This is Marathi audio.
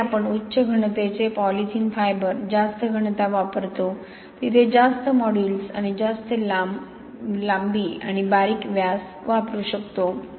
जिथे आपण उच्च घनतेचे पॉलीथिलीन फायबर जास्त घनता वापरतो तिथे जास्त मॉड्यूलस आणि जास्त लांब आपण जास्त लांबी आणि बारीक व्यास वापरू शकतो